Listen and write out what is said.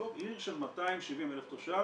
עיר של 270,000 תושבים,